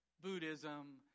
Buddhism